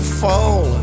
fall